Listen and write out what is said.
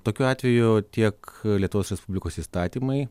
tokiu atveju tiek lietuvos respublikos įstatymai